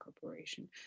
corporation